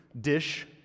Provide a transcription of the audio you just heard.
dish